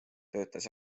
töötas